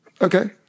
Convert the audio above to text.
Okay